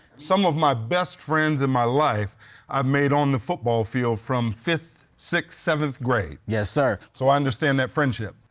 some of my best friends in my life i've made on the football field from fifth, sixth, seventh grade. yes, sir. so i understand that friendship.